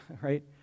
right